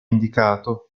indicato